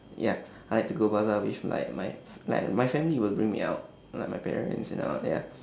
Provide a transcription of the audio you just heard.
ya I like to go bazaar with like my like my family will bring me out like my parents and all ya